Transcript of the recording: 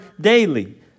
daily